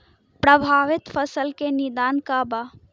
प्रभावित फसल के निदान का बा?